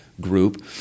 group